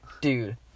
Dude